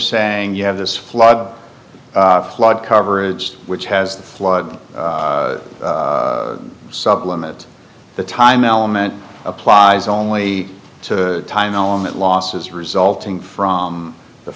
saying you have this flood flood coverage which has the flood supplement the time element applies only to time element losses resulting from the